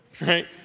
right